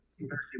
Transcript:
University